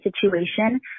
situation